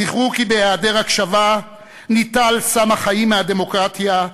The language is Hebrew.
זכרו כי בהיעדר הקשבה ניטל סם החיים מהדמוקרטיה,